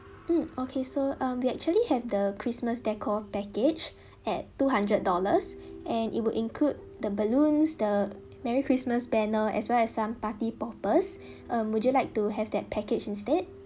um okay so um we actually have the christmas decor package at two hundred dollars and it would include the balloons the merry christmas banner as well as some party poppers um would you like to have that package instead